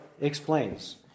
explains